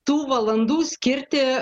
tų valandų skirti